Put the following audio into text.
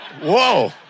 Whoa